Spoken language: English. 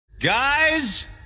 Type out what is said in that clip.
Guys